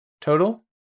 total